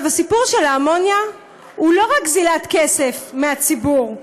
הסיפור של האמוניה הוא לא רק גזילת כסף מהציבור,